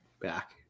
back